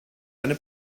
eine